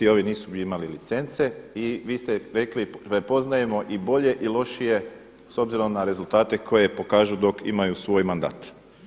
Ovi nisu imali licence i vi ste rekli da poznajemo i bolje i lošije s obzirom na rezultate koje pokažu dok imaju svoj mandat.